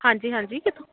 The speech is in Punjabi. ਹਾਂਜੀ ਹਾਂਜੀ ਕਿੱਥੋਂ